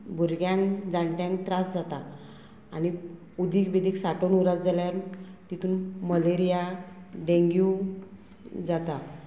भुरग्यांक जाणट्यांक त्रास जाता आनी उदीक बेदीक सांठोवन उरत जाल्यार तितून मलेरिया डेंग्यू जाता